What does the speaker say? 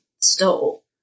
stole